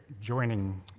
joining